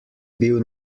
bil